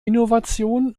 innovation